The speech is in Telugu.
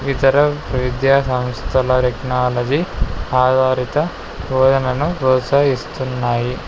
ఇతర విద్యా సంస్థల టెక్నాలజీ ఆధారిత భోజనాలను ప్రోత్సహిస్తున్నాయి